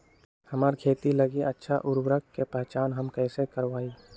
हमार खेत लागी अच्छा उर्वरक के पहचान हम कैसे करवाई?